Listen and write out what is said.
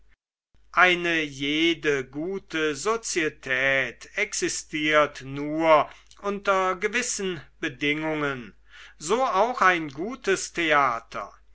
eine jede gute sozietät existiert nur unter gewissen bedingungen so auch ein gutes theater